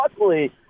luckily –